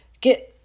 get